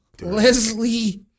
Leslie